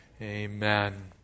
Amen